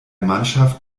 mannschaft